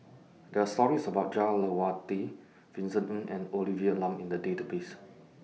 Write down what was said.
There Are stories about Jah Lelawati Vincent Ng and Olivia Lum in The Database